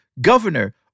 governor